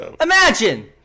Imagine